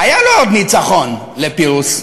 היה לו עוד ניצחון, לפירוס.